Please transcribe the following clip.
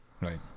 Right